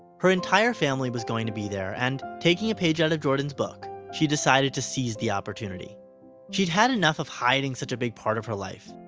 and her entire family was going to be there and taking a page ah out of jordan's book she decided to seize the opportunity she'd had enough of hiding such a big part of her life.